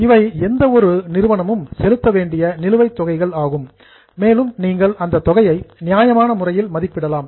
இவை எந்த ஒரு என்டர்பிரைஸ் நிறுவனமும் செலுத்த வேண்டிய நிலுவைத் தொகைகள் ஆகும் மேலும் நீங்கள் அதன் தொகையை நியாயமான முறையில் மதிப்பிடலாம்